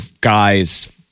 guy's